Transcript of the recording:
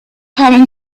having